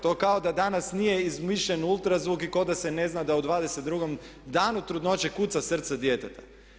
To kao da danas nije izmišljen ultrazvuk i kao da se ne zna da u 22 danu trudnoće kuca srce djeteta.